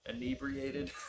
inebriated